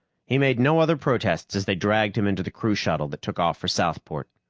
he made no other protests as they dragged him into the crew shuttle that took off for southport.